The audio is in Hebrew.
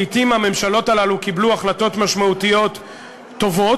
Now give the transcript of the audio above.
לעתים הממשלות הללו קיבלו החלטות משמעותיות טובות,